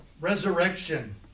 Resurrection